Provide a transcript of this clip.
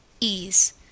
ease